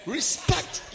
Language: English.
Respect